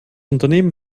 unternehmen